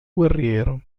guerriero